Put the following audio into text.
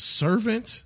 servant